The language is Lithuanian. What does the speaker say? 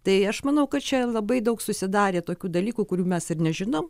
tai aš manau kad čia labai daug susidarė tokių dalykų kurių mes ir nežinom